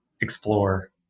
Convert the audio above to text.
explore